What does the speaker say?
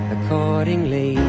Accordingly